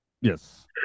Yes